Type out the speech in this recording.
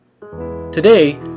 Today